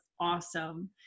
awesome